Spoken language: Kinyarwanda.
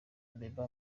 ababa